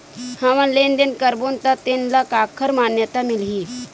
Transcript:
हमन लेन देन करबो त तेन ल काखर मान्यता मिलही?